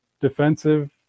defensive